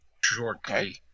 shortly